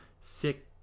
sick